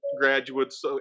graduates